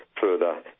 further